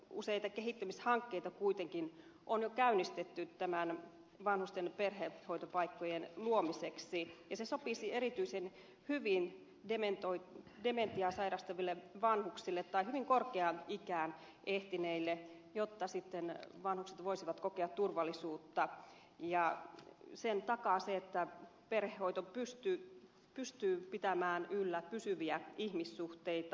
useita tämmöisiä kehittämishankkeita kuitenkin on jo käynnistetty vanhusten perhehoitopaikkojen luomiseksi ja se sopisi erityisen hyvin dementiaa sairastaville vanhuksille tai hyvin korkeaan ikään ehtineille jotta sitten vanhukset voisivat kokea turvallisuutta ja sen takaa se että perhehoito pystyy pitämään yllä pysyviä ihmissuhteita